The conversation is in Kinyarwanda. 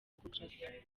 echographie